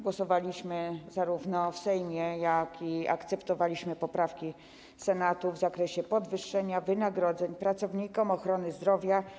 Głosowaliśmy nad tym w Sejmie, jak również akceptowaliśmy poprawki Senatu w zakresie podwyższenia wynagrodzeń pracownikom ochrony zdrowia.